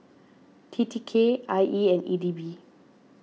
T T K I E and E D B